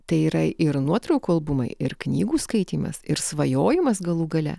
tai yra ir nuotraukų albumai ir knygų skaitymas ir svajojimas galų gale